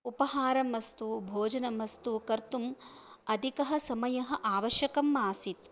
उपहारम्मस्तु भोजनम् अस्तु कर्तुम् अधिकः समयः आवश्यकम् आसीत्